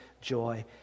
joy